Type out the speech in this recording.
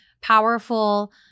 powerful